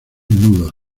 nudos